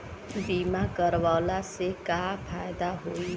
बीमा करवला से का फायदा होयी?